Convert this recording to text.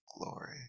glory